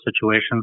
situations